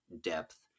depth